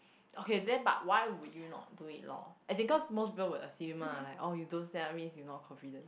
okay then but why would you not do it loh as in because most people would assume lah like oh you don't stand up means you not confident